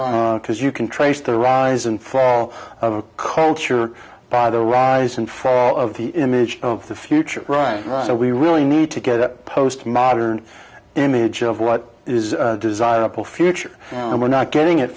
because you can trace the rise and fall of a culture by the rise and fall of the image of the future right right so we really need to get up post modern image of what is desirable future and we're not getting it